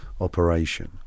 operation